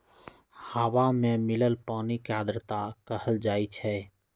हवा में मिलल पानी के आर्द्रता कहल जाई छई